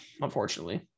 unfortunately